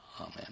Amen